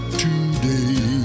today